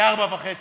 כ-4.5 מיליארד.